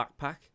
backpack